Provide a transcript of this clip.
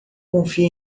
confia